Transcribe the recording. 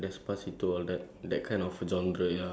oh r~ uh like Reggaeton like that